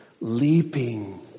leaping